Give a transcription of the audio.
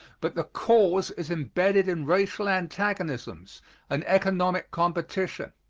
but the cause is embedded in racial antagonisms and economic competition.